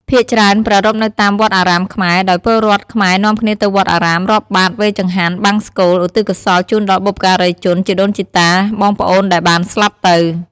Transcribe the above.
ភាគច្រើនប្រារព្ធនៅតាមវត្តអារាមខ្មែរ ដោយពលរដ្ឋខ្មែរនាំគ្នាទៅវត្តអារាម រាប់បាត្រ វេរចង្ហាន់ បង្សុកូល ឧទ្ទិសកុសលជូនដល់បុព្វការីជន ជីដូនជីតា បងប្អូនដែលបានស្លាប់ទៅ។